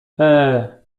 eee